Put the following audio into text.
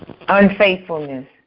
Unfaithfulness